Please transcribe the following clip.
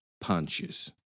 punches